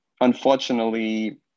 unfortunately